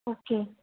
okay